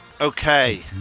Okay